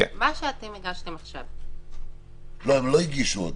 מה שהגשתם עכשיו --- הם עוד לא הגישו.